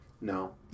No